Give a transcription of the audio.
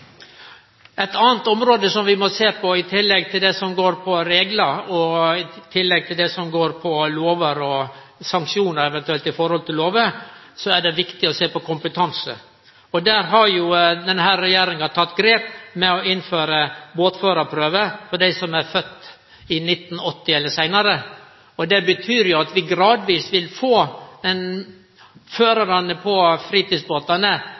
Eit anna område som vi må sjå på i tillegg til det som gjeld reglar, lover og eventuelle sanksjonar i høve til lover, er kompetanse. Der har denne regjeringa teke grep ved å innføre båtførarprøve for dei som er fødde i 1980 eller seinare. Det betyr at gradvis vil førarane av fritidsbåtane ha teke førarprøva. Det betyr at vi gradvis får auka kompetansen til dei som er i fritidsbåtar. Det er kanskje eit av dei viktigaste grepa vi